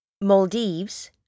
Maldives